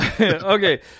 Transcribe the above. okay